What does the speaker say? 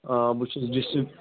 آ بہٕ چھُس ڈِسٹرک